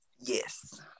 yes